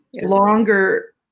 longer